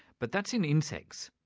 but that's in insects.